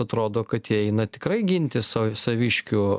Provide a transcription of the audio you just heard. atrodo kad jie eina tikrai gintis o saviškių